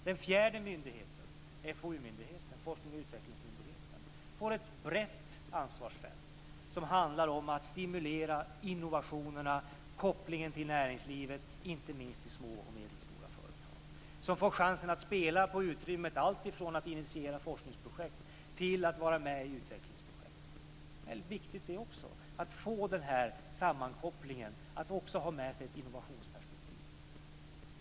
Den fjärde myndigheten, forsknings och utvecklingsmyndigheten, får ett brett ansvarsfält som handlar om att stimulera innovationerna, kopplingen till näringslivet - inte minst till små och medelstora företag som får chans att spela på utrymmet från att initiera forskningsprojekt till att vara med i utvecklingsprojekt. Att få den här sammankopplingen, att också ha med sig ett innovationsperspektiv är också väldigt viktigt.